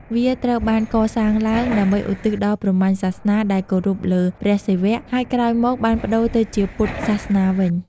វាត្រូវបានកសាងឡើង ដើម្បីឧទ្ទិសដល់ព្រហ្មញ្ញសាសនា ដែលគោរពលើ ព្រះសិវៈ ហើយក្រោយមកបានប្តូរទៅជាពុទ្ធសាសនាវិញ។